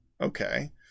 Okay